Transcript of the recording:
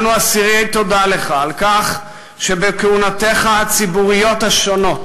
אנו אסירי תודה לך על כך שבכהונותיך הציבוריות השונות